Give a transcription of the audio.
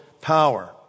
power